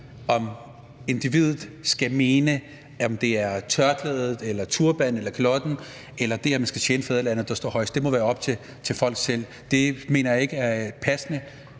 og vurdere, om det er tørklædet, turbanen eller kalotten eller det, at man skal tjene fædrelandet, der står højest. Det må være op til folk selv, og det mener jeg ikke er et passende